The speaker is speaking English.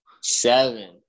Seven